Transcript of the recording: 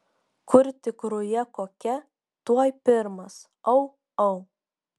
kur tik ruja kokia tuoj pirmas au au